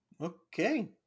Okay